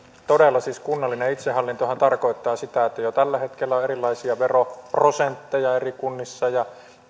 todella siis kunnallinen itsehallintohan tarkoittaa sitä että jo tällä hetkellä on erilaisia veroprosentteja eri kunnissa ja